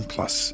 Plus